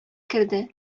керде